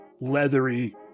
leathery